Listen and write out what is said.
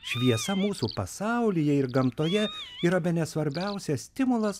šviesa mūsų pasaulyje ir gamtoje yra bene svarbiausias stimulas